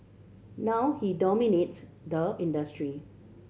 now he dominates the industry